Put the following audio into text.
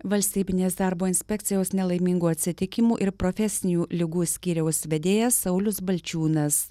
valstybinės darbo inspekcijos nelaimingų atsitikimų ir profesinių ligų skyriaus vedėjas saulius balčiūnas